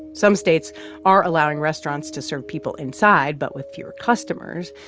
some states are allowing restaurants to serve people inside but with fewer customers.